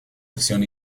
acción